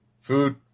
food